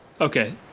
Okay